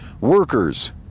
workers